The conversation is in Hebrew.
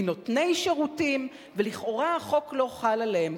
מנותני שירותים, ולכאורה החוק לא חל עליהם.